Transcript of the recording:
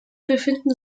befinden